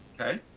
Okay